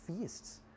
feasts